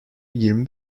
yirmi